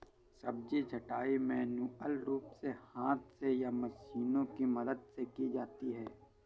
सब्जी छँटाई मैन्युअल रूप से हाथ से या मशीनों की मदद से की जाती है